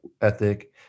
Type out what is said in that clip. ethic